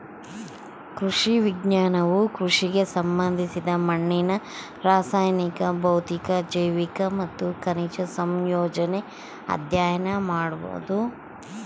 ಕೃಷಿ ವಿಜ್ಞಾನವು ಕೃಷಿಗೆ ಸಂಬಂಧಿಸಿದ ಮಣ್ಣಿನ ರಾಸಾಯನಿಕ ಭೌತಿಕ ಜೈವಿಕ ಮತ್ತು ಖನಿಜ ಸಂಯೋಜನೆ ಅಧ್ಯಯನ ಮಾಡೋದು